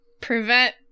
Prevent